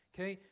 Okay